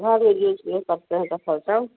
घर में यूज जो करते हैं चप्पल सब